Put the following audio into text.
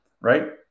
right